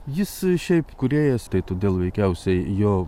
jis šiaip kūrėjas tai todėl veikiausiai jo